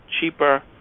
cheaper